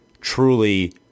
truly